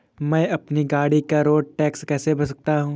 मैं अपनी गाड़ी का रोड टैक्स कैसे भर सकता हूँ?